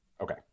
Okay